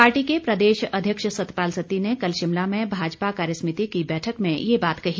party के प्रदेश अध्यक्ष सतपाल सत्ती ने कल शिमला में भाजपा कार्यसिमिति की बैठक में ये बात कही